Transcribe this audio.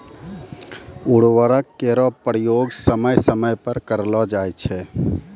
उर्वरक केरो प्रयोग समय समय पर करलो जाय छै